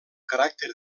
caràcter